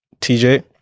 TJ